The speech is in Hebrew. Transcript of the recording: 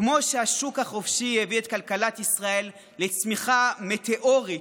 כמו שהשוק החופשי הביא את כלכלת ישראל לצמיחה מטאורית,